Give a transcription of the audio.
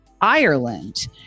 Ireland